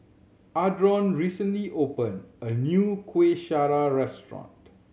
Adron recently opened a new Kueh Syara restaurant